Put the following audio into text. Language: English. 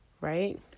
right